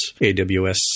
AWS